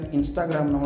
Instagram